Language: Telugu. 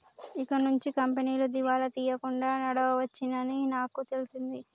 ఇకనుంచి కంపెనీలు దివాలా తీయకుండా నడవవచ్చని నాకు తెలిసింది